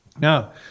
Now